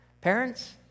Parents